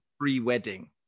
pre-wedding